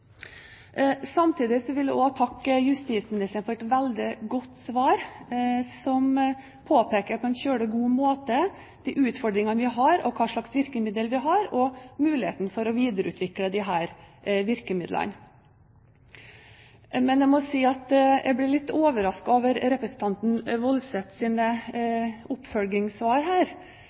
Samtidig vil jeg også takke justisministeren for et veldig godt svar, som på en veldig god måte påpeker de utfordringene vi har, hva slags virkemidler vi har, og muligheten for å videreutvikle disse. Men jeg må si jeg ble litt overrasket over representanten Woldseths oppfølgingssvar,